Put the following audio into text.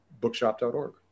bookshop.org